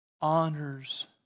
honors